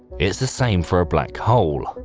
it's the same for a black hole,